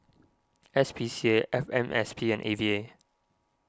S P C A F M S P and A V A